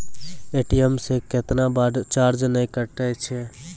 ATM से कैतना बार चार्ज नैय कटै छै?